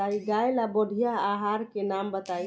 गाय ला बढ़िया आहार के नाम बताई?